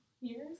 years